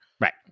Right